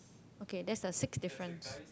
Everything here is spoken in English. okay that's the six difference